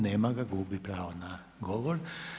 Nema ga, gubi pravo na govor.